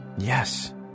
yes